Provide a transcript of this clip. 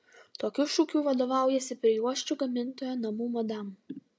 tokiu šūkiu vadovaujasi prijuosčių gamintoja namų madam